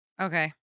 Okay